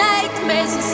Nightmares